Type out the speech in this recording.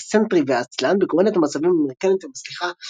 האקסצנטרי והעצלן בקומדיית המצבים האמריקנית המצליחה